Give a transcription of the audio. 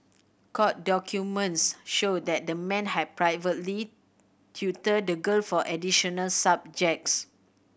court documents showed that the man had privately tutored the girl for additional subjects